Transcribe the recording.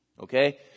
Okay